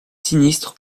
sinistre